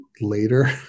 later